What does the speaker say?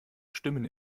stimmen